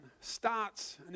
starts